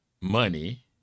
money